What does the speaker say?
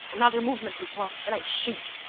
another movement, lupin, and i shoot!